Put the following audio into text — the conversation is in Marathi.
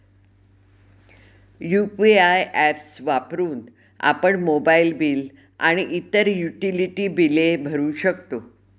यु.पी.आय ऍप्स वापरून आपण मोबाइल बिल आणि इतर युटिलिटी बिले भरू शकतो